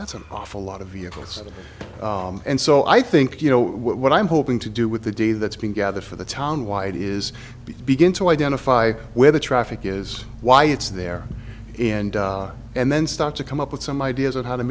that's an awful lot of vehicles and so i think you know what i'm hoping to do with the data that's been gathered for the town why it is begin to identify where the traffic is why it's there and and then start to come up with some ideas of how to